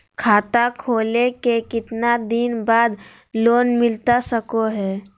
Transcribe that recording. खाता खोले के कितना दिन बाद लोन मिलता सको है?